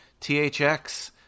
THX